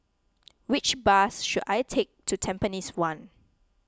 which bus should I take to Tampines one